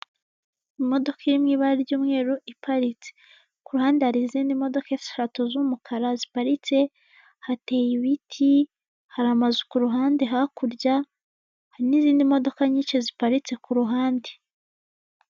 Imodoka irimo ibara ry'umweru iparitse, ku ruhande hari izindi modoka eshatu z'umukara ziparitse, hateye ibiti, hari amazu ku ruhande hakurya, hari n'izindi modoka nyinshi ziparitse ku ruhande.